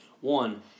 One